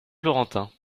florentin